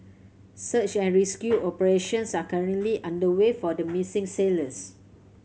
search and rescue operations are currently underway for the missing sailors